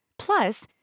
Plus